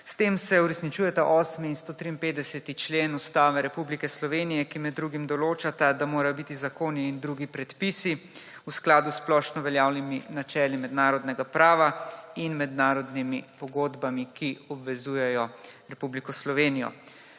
S tem se uresničujeta 8. in 153. člen Ustave Republike Slovenije, ki med drugim določata, da morajo biti zakoni in drugi predpisi v skladu s splošno veljavnimi načeli mednarodnega prava in mednarodnimi pogodbami, ki obvezujejo Republiko Slovenijo.